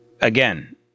again